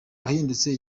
wahindutse